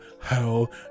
hell